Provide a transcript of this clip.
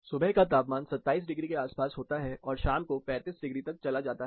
सुबह का तापमान 27 डिग्री के आसपास होता है और शाम को 35 डिग्री तक चला जाता है